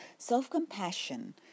Self-compassion